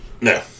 No